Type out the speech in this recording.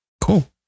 cool